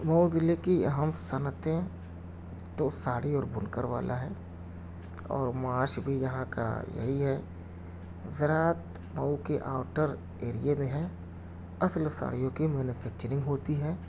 مئو دِلی کی اہم صنعتیں تو ساڑھی اور بُنکر والا ہے اور معاش بھی یہاں کا یہی ہے زراعت مئو کے آؤٹر ایریے میں ہے اصل ساڑھیوں کی مینوفیکچرنگ ہوتی ہے